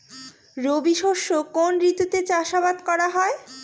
রবি শস্য কোন ঋতুতে চাষাবাদ করা হয়?